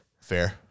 fair